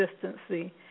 consistency